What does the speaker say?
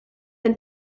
than